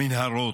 במנהרות,